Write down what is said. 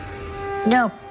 No